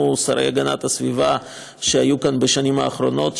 שרים להגנת הסביבה שהיו כאן בשנים האחרונות,